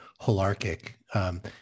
holarchic